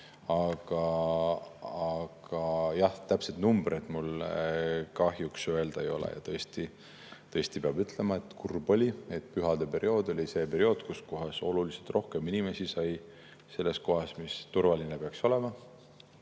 Aga jah, täpseid numbreid mul kahjuks öelda ei ole. Tõesti peab ütlema, et kurb oli, et pühadeaeg oli see periood, kui oluliselt rohkem inimesi sai selles kohas, mis peaks turvaline olema